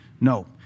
No